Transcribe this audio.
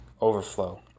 overflow